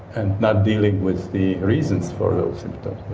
and not dealing with the reasons for the symptoms,